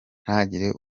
ntagire